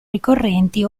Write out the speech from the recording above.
ricorrenti